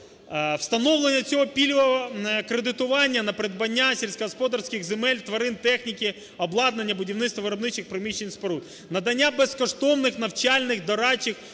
Встановлення цього пільгового кредитування на придбання сільськогосподарських земель, тварин, техніки, обладнання, будівництва виробничих приміщень, споруд. Надання безкоштовних навчальних, дорадчих,